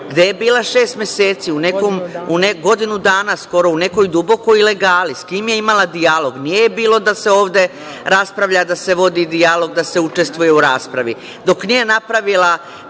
gde je bila šest meseci, godinu dana skoro, u nekoj dubokoj ilegali, sa kim je imala dijalog? Nije je bilo da se ovde raspravlja, da se vodi dijalog, da se učestvuje u raspravi, dok nije napravila